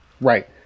right